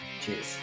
cheers